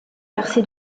percé